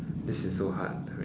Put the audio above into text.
this is so hard wait